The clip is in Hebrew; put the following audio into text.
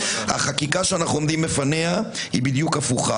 החקיקה שאנחנו עומדים בפניה היא הפוכה,